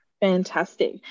Fantastic